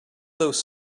those